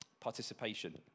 Participation